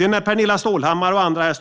När Pernilla Stålhammar och andra